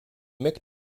mick